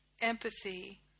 empathy